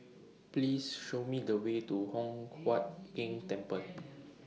Please Show Me The Way to Hock Huat Keng Temple